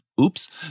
Oops